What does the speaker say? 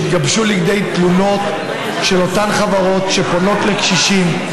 שהתגבשו לכדי תלונות על אותן חברות שפונות לקשישים,